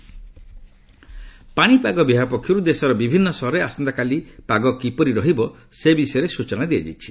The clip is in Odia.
ପାଣିପାଗ ପାଣିପାଗ ବିଭାଗ ପକ୍ଷରୁ ଦେଶର ବିଭିନ୍ନ ସହରରେ ଆସନ୍ତାକାଲି ପାଗ କିପରି ରହିବ ସେ ବିଷୟରେ ସୂଚନା ଦିଆଯାଇଛି